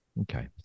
Okay